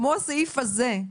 כמו הסעיף הזה,